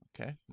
Okay